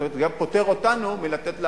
וזה פוטר אותנו מלתת לה